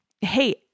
hey